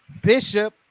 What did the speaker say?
Bishop